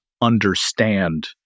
understand